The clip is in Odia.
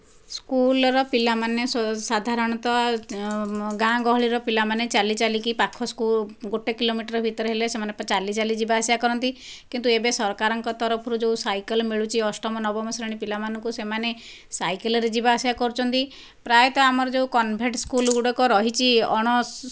ସ୍କୁଲର ପିଲାମାନେ ସାଧାରଣତଃ ଗାଁ ଗହଳିର ପିଲାମାନେ ଚାଲି ଚାଲିକି ପାଖ ସ୍କୁଲ ଗୋଟିଏ କିଲୋମିଟର ଭିତରେ ହେଲେ ସେମାନେ ଚାଲି ଚାଲି ଯିବା ଆସିବା କରନ୍ତି କିନ୍ତୁ ଏବେ ସରକାରଙ୍କ ତରଫରୁ ଯେଉଁ ସାଇକେଲ ମିଳୁଛି ଅଷ୍ଟମ ନବମ ଶ୍ରେଣୀ ପିଲାମାନଙ୍କୁ ସେମାନେ ସାଇକେଲରେ ଯିବା ଆସିବା କରୁଛନ୍ତି ପ୍ରାୟତଃ ଆମର ଯେଉଁ କନଭେନ୍ଟ ସ୍କୁଲ ଗୁଡ଼ିକ ରହିଛି ଅଣ